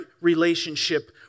relationship